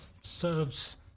serves